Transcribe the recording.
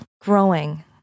Growing